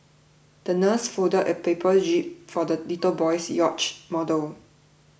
the nurse folded a paper jib for the little boy's yacht model